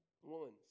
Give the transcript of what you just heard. one